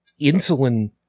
insulin